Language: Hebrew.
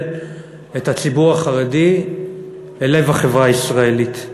את הציבור החרדי אל לב החברה הישראלית.